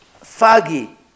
foggy